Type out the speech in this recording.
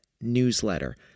newsletter